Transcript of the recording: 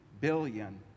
billion